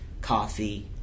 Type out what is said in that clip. coffee